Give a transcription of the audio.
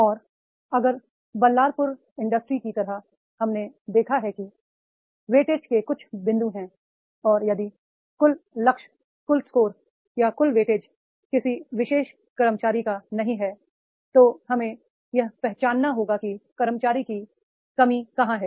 और अगर बल्लारपुर इंडस्ट्रीज की तरह हमने देखा है कि वेटेज के कुछ बिंदु हैं और यदि कुल लक्ष्य कुल स्कोर या कुल वेटेज किसी विशेष कर्मचारी का नहीं है तो हमें यह पहचानना होगा कि कर्मचारी की कमी कहां है